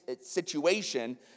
situation